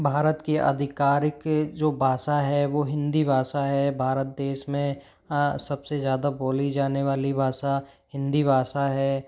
भारत के अधिकारिक जो भाषा है वो हिंदी भाषा है भारत देश में सबसे ज़्यादा बोली जाने वाली भाषा हिंदी भाषा है